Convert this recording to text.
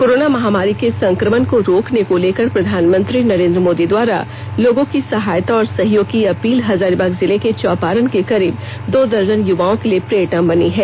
corona महामारी के संक्रमण को रोकने को लेकर प्रधानमंत्री नरेंद्र मोदी द्वारा लोगों की सहायता और सहयोग की अपील हजारीबाग जिले के चौपारण के करीब दो दर्जन युवाओं के लिए प्रेरणा बनी है